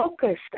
focused